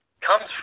comes